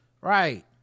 Right